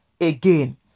again